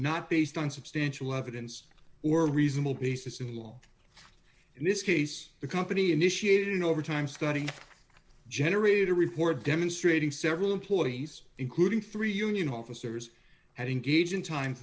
not based on substantial evidence or reasonable basis in law in this case the company initiated an overtime study generated a report demonstrating several employees including three union officers had engaged in time